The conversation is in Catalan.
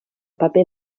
paper